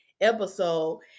episode